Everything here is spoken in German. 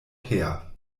her